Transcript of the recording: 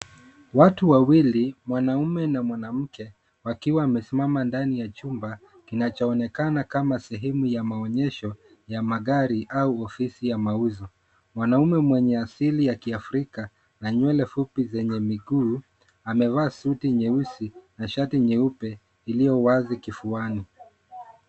Watu wawili mwanamme na mwanamke wakiwa wamesimama ndani ya chumba kinachoonekana kama sehemu ya maonyesho ya magari au ofisi ya mauzo. Mwanaume mwenye asili ya kiafrika na nywele fupi zenye miguu amevaa suti nyeusi na shati nyeupe lililo wazi kifuani.